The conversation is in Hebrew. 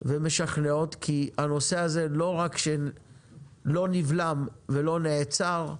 ומשכנעות כי הנושא הזה לא רק שלא נבלם ולא נעצר,